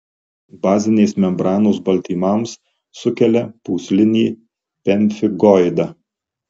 bazinės membranos baltymams sukelia pūslinį pemfigoidą